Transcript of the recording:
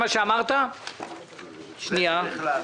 נחליט מה לעשות.